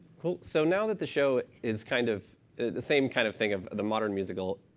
so now that the show is kind of the same kind of thing, of the modern musical.